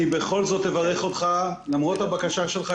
אני בכל זאת אברך אותך למרות הבקשה שלך